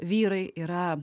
vyrai yra